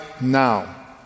now